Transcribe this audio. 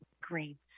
green